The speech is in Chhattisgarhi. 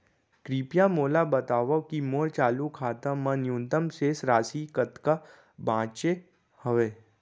कृपया मोला बतावव की मोर चालू खाता मा न्यूनतम शेष राशि कतका बाचे हवे